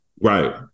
Right